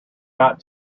not